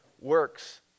works